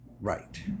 Right